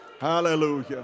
Hallelujah